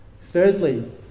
Thirdly